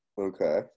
Okay